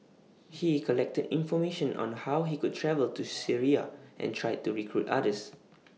he collected information on how he could travel to Syria and tried to recruit others